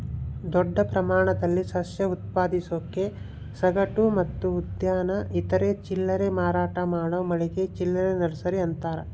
ದೊಡ್ಡ ಪ್ರಮಾಣದಲ್ಲಿ ಸಸ್ಯ ಉತ್ಪಾದಿಸೋದಕ್ಕೆ ಸಗಟು ಮತ್ತು ಉದ್ಯಾನ ಇತರೆ ಚಿಲ್ಲರೆ ಮಾರಾಟ ಮಾಡೋ ಮಳಿಗೆ ಚಿಲ್ಲರೆ ನರ್ಸರಿ ಅಂತಾರ